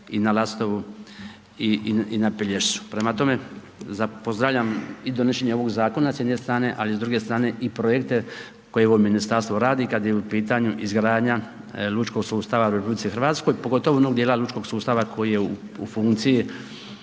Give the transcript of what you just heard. i na Lastovu i na Pelješcu. Prema tome, pozdravljam i donošenje ovog zakona s jedne strane ali s druge strane i projekte koje ovo ministarstvo radi kad je u pitanju izgradnja lučkog sustava u RH pogotovo onog djela lučkog sustava koji je funkciji